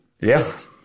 Yes